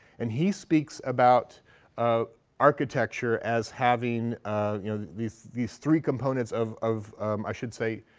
and he speaks about architecture as having you know these these three components of of i should say,